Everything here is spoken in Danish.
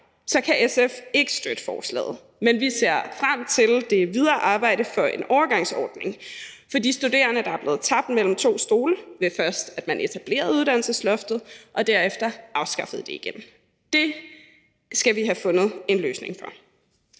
her kan SF ikke støtte forslaget, men vi ser frem til det videre arbejde for en overgangsordning for de studerende, der er blevet tabt mellem to stole, først ved at man etablerede uddannelsesloftet og derefter afskaffede det. Det skal vi have fundet en løsning på.